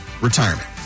retirement